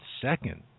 second